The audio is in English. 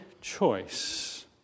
choice